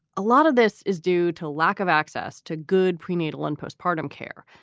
a lot of this is due to lack of access to good prenatal and postpartum care.